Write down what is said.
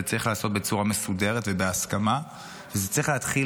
זה צריך להיעשות בצורה מסודרת ובהסכמה וזה צריך להתחיל